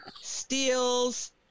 steals